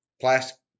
plastic